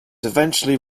eventually